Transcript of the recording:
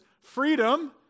freedom